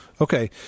Okay